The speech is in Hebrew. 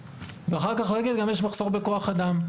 ואחר כך גם להגיד שיש מחסור בכוח אדם.